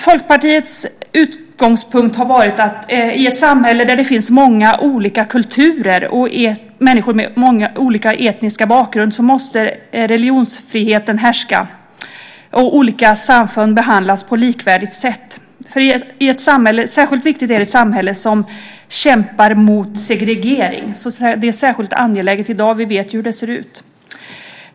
Folkpartiets utgångspunkt har varit att i ett samhälle där det finns många olika kulturer och många människor med olika etnisk bakgrund måste religionsfriheten härska och olika samfund behandlas på likvärdigt sätt. Särskilt viktigt är det i ett samhälle som kämpar mot segregering. Det är särskilt angeläget i dag. Vi vet ju hur det ser ut.